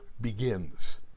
Begins